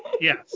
yes